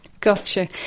Gotcha